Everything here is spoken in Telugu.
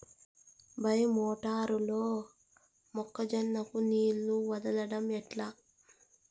బాయి మోటారు లో మొక్క జొన్నకు నీళ్లు వదలడం ఎట్లా?